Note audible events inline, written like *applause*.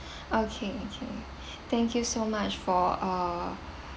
*breath* okay okay *breath* thank you so much for uh